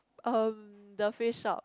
uh the Face Shop